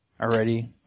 Already